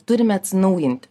turime atsinaujinti